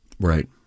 Right